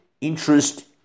interest